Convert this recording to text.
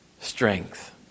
strength